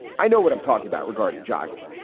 i know what i'm talking about regarding jogging.